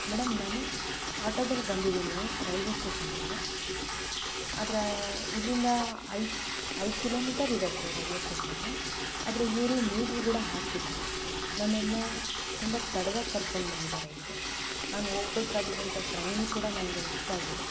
madam ನಾನು ಆಟೋದಲ್ಲಿ ಬಂದಿದ್ದೀನಿ ರೈಲ್ವೆ ಸ್ಟೇಷನ್ಗೆ ಆದರೆ ಇಲ್ಲಿಂದ ಐದು ಐದು ಕಿಲೋಮೀಟರ್ ಇದೆ ಅಷ್ಟೇ ರೈಲ್ವೆ ಸ್ಟೇಷನ್ನು ಆದರೆ ಇವರು ಮೀಟ್ರು ಕೂಡ ಹಾಕಿಲ್ಲ ನನ್ನನ್ನ ತುಂಬ ತಡ್ವಾಗಿ ಕರ್ಕೊಂಡು ಬಂದಿದ್ದಾರೆ ಇಲ್ಲಿಗೆ ನಾನು ಹೋಗ್ಬೇಕಾಗಿರ್ವಂತ ಟ್ರೈನ್ ಕೂಡ ನನಗೆ ಮಿಸ್ ಆಗಿದೆ